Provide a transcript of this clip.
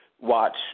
watch